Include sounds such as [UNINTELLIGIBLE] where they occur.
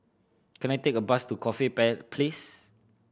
can I take a bus to Corfe [UNINTELLIGIBLE] Place